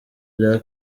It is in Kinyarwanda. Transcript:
bya